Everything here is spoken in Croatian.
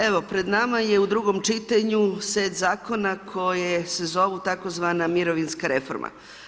Evo, pred nama je u drugom čitanju, set zakona koja se zove tzv. mirovinska reforma.